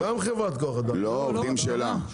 חברת כוח אדם --- עובדים שלה, מעסיקה ישירות.